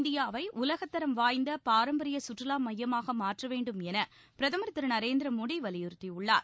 இந்தியாவை உலகத்தரம் வாய்ந்த பாரம்பரிய சுற்றுவா மையமாக மாற்ற வேண்டும் என பிரதமர் திரு நரேந்திர மோடி வலியுறுத்தியுள்ளார்